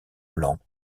blanc